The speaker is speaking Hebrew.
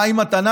מה עם התנ"ך?